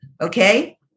Okay